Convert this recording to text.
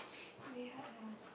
very hard lah